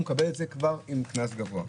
הוא מקבל את זה כבר עם קנס גבוה.